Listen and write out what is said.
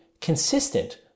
consistent